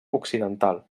occidental